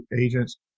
agents